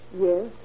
Yes